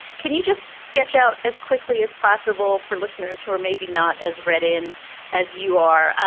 can you just sketch out as quickly as possible for listeners who are maybe not as red in as you are?